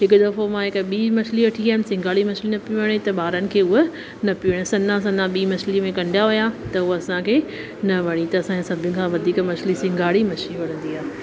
हिक दफ़ो मां हिक ॿी मछली वठी आयमि सिंगाड़ी मछली न पई वणे त ॿारनि खे हूअ न पइ वणे सन्हा सन्हा ॿी मछलीअ में कंडा हुया त हूअ असांखे न वणी त असांखे सभिनीनि खां मछली सिंघाड़ी मछली वणंदी आहे